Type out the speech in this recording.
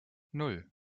nan